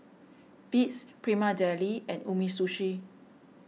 Beats Prima Deli and Umisushi